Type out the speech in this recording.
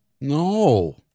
No